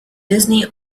disney